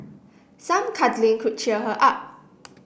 some cuddling could cheer her up